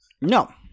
No